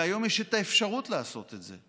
והיום יש את האפשרות לעשות את זה.